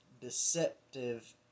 deceptive